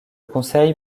conseil